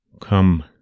come